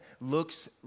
looks